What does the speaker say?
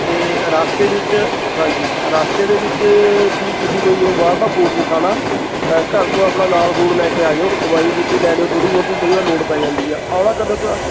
ਅਤੇ ਰਸਤੇ ਵਿੱਚ ਹਾਂਜੀ ਰਸਤੇ ਦੇ ਵਿੱਚ ਜੀ ਤੁਸੀਂ ਕੋਈ ਬਾਹਰਲਾ ਫੂਡ ਨਹੀਂ ਖਾਣਾ ਘਰ ਤੋਂ ਆਪਣਾ ਨਾਲ ਫੂਡ ਲੈ ਕੇ ਆ ਜਿਓ ਦਵਾਈ ਬੂਟੀ ਲੈ ਲਿਓ ਥੋੜ੍ਹੀ ਬਹੁਤੀ ਕਈ ਵਾਰ ਲੋੜ ਪੈ ਜਾਂਦੀ ਆ ਆਉਣਾ ਕਦੋਂ ਕੁ ਆ